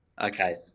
Okay